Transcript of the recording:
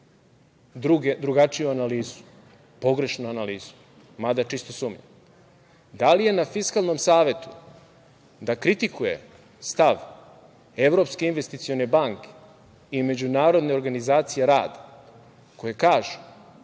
drugačiju analizu, pogrešnu analizu, mada čisto sumnjam. Da li je na Fiskalnom savetu da kritikuje stav Evropske investicione banke i Međunarodne organizacije rada, koje kažu